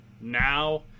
now